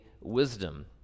wisdom